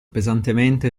pesantemente